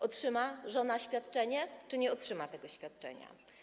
Otrzyma żona świadczenie czy nie otrzyma tego świadczenia?